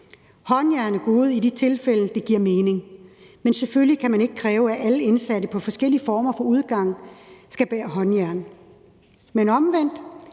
Håndjern er gode i de tilfælde, hvor det giver mening. Men selvfølgelig kan man ikke kræve af alle indsatte med forskellige former for udgang skal bære håndjern. Men benytter